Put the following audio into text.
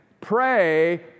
pray